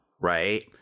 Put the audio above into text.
right